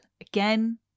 again